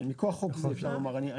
אפשר לומר: מכוח חוק זה.